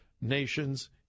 nation's